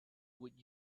would